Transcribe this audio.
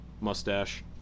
mustache